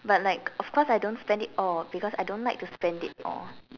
but like of course I don't spend it all because I don't like to spend it all